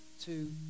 two